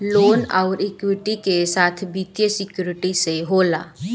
loan अउर equity के साथ वित्तीय सिक्योरिटी से होला